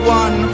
one